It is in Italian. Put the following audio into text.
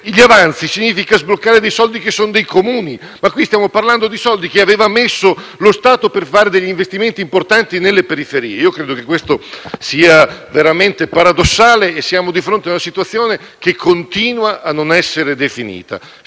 gli avanzi significa infatti sbloccare dei soldi dei Comuni ma qui stiamo parlando di soldi che aveva messo lo Stato per fare investimenti importanti nelle periferie. Credo che ciò sia veramente paradossale e che siamo di fronte ad una situazione che continua a non essere definita.